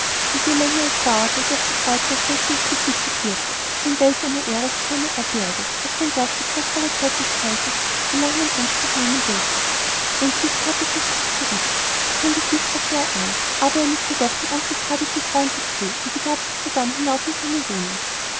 und je länger es dauerte desto freudiger glänzte das gesicht des wirthes denn welch eine ehre für seine auberge daß sein gast die kostbare zeit des kaisers so lange in anspruch nehmen durfte endlich kehrte surcouf zurück sein gesicht war sehr ernst aber er nickte doch dem oncle carditon freundlich zu und begab sich sodann hinauf in seine wohnung